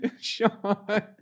Sean